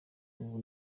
ubu